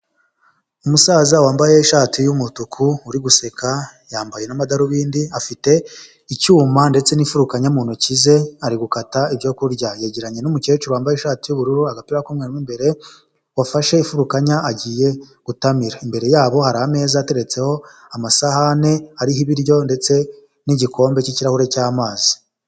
Umusaza wambaye ishati y'umutuku, uri guseka, yambaye n'amadarubindi, afite icyuma ndetse n'imfurukanya mu ntoki ze ari gukata ibyo kurya, yeranye n'umukecuru wambaye ishati yubururu agatura k'umu' imbere wafashe ifurukan agiye gutamira, imbere yabo hari ameza ateretseho amasahani ariho ibiryo ndetse n'igikombe cy'kirahure cy'amazi.